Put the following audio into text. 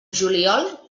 juliol